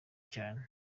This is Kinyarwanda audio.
cyane